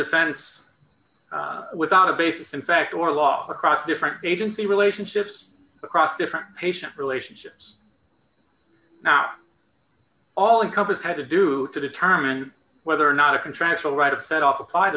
defense without a basis in fact or law across different agency relationships across different patient relationships now all encompass had to do to determine whether or not a contractual right of set off a